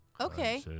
Okay